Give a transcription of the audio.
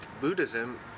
Buddhism